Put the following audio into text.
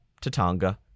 Tatanga